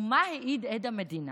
ומה העיד עד המדינה?